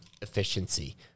efficiency